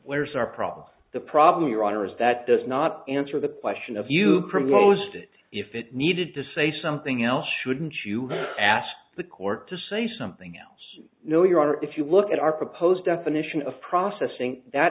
where's our problem the problem your honor is that does not answer the question of you proposed if it needed to say something else shouldn't you ask the court to say something else no your honor if you look at our proposed definition of processing that